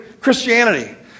Christianity